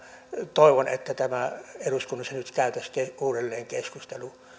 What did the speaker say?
toivon että eduskunnassa nyt käytäisiin uudelleen keskustelu